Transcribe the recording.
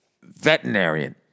Veterinarian